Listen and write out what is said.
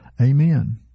amen